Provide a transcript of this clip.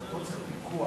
אבל פה צריכים פיקוח,